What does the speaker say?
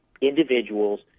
individuals